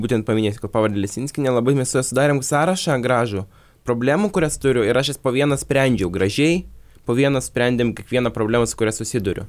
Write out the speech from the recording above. būtent paminėsiu ko pavardę lesinskienė labai mes su ja sudarėm sąrašą gražų problemų kurias turiu ir aš jas po vieną sprendžiau gražiai po vieną sprendėm kiekvieną problemą su kuria susiduriu